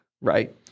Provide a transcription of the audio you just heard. Right